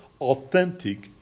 authentic